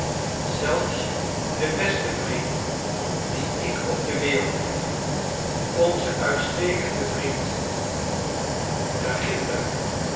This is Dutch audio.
zelfs de beste vriend dien ik op de wereld heb onze uitstekende vriend daar ginder